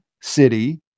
city